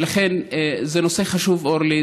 לכן, זה נושא חשוב, אורלי.